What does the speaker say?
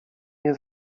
nie